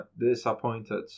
disappointed